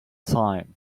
time